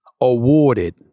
awarded